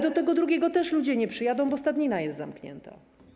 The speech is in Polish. Do tego drugiego hotelu ludzie też nie przyjadą, bo stadnina jest zamknięta.